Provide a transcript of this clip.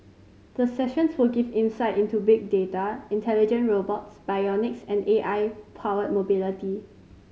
the sessions will give insight into big data intelligent robots bionics and A I powered mobility